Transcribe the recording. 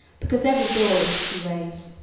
because every door looks two ways.